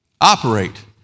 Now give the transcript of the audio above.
operate